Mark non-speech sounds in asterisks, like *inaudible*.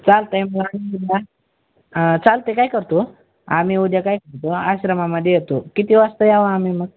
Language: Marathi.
चालतं आहे *unintelligible* चालतं आहे काय करतो आम्ही उद्या काय करतो आश्रमामध्ये येतो किती वाजता यावं आम्ही मग